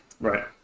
Right